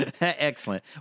Excellent